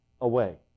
away